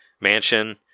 mansion